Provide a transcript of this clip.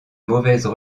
mauvaises